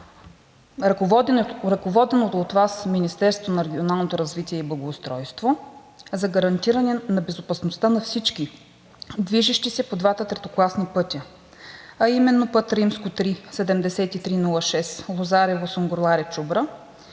ръководеното от Вас Министерство на регионалното развитие и благоустройството за гарантиране на безопасността на всички движещи се по двата третокласни пътя? А именно път ІІІ-7306 (Лозарево – Сунгурларе – Чубра)